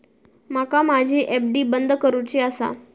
माका माझी एफ.डी बंद करुची आसा